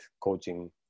coaching